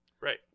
right